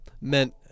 meant